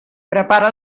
prepara